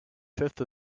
fifth